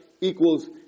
equals